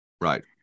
Right